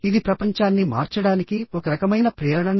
ఇది ప్రపంచాన్ని మార్చడానికి ఒక రకమైన ప్రేరణనా